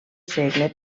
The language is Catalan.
segle